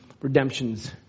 Redemption's